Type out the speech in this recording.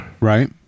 Right